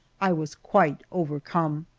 i was quite overcome.